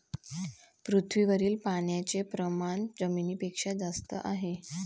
पृथ्वीवरील पाण्याचे प्रमाण जमिनीपेक्षा जास्त आहे